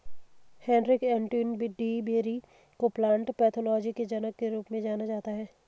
Heinrich Anton de Bary को plant pathology के जनक के रूप में जाना जाता है